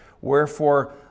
Wherefore